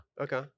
Okay